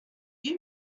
you